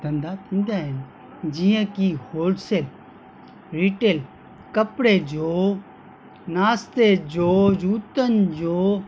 धंधा थींदा आहिनि जीअं की हॉलसेल रीटेल कपिड़े जो नास्ते जो जूतनि जो